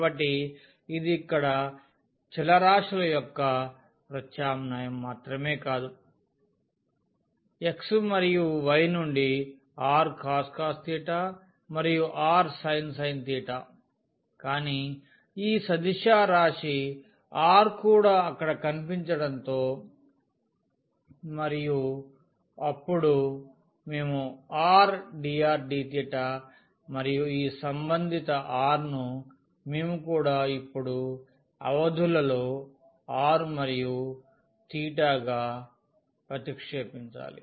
కాబట్టి ఇది ఇక్కడ చలరాశుల యొక్క ప్రతిక్షేపించడం మాత్రమే కాదు x మరియు y నుండి rcos మరియు rsin కానీ ఈ సదిశా రాశి r కూడా అక్కడ కనిపించడంతో మరియు అప్పుడు మేము r dr dθ మరియు ఈ సంబంధిత rను మేము కూడా ఇప్పుడు అవధులలో r మరియు గా ప్రతిక్షేపించాలి